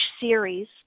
series